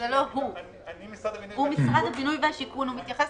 אני ממשרד הבינוי והשיכון.